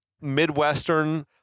Midwestern